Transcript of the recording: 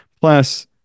Plus